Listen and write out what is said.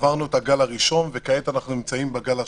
עברנו את הגל הראשון וכעת אנחנו נמצאים בגל השני.